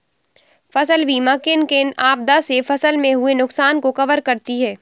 फसल बीमा किन किन आपदा से फसल में हुए नुकसान को कवर करती है